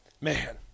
Man